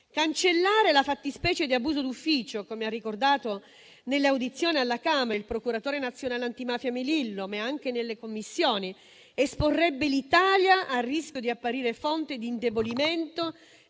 Cancellare la fattispecie d'abuso d'ufficio - come ha ricordato nelle audizioni alla Camera il procuratore nazionale antimafia Melillo, ma anche nelle Commissioni - esporrebbe l'Italia al rischio di apparire fonte di indebolimento